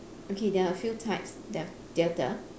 okay there are a few types thea~ theatre